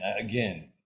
Again